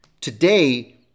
Today